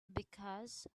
because